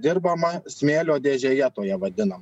dirbama smėlio dėžėje toje vadinam